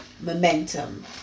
momentum